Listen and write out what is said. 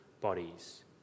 bodies